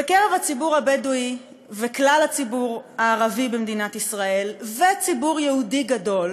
בקרב הציבור הבדואי וכלל הציבור הערבי במדינת ישראל וציבור יהודי גדול,